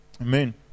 Amen